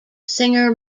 singer